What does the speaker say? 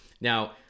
Now